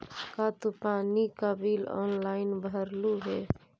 का तू पानी का बिल ऑनलाइन भरलू हे